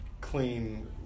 clean